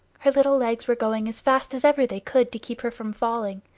her little legs were going as fast as ever they could to keep her from falling.